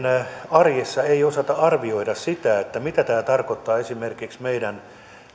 arjessa ei osata arvioida sitä mitä se tarkoittaa esimerkiksi